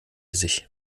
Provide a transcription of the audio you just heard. sich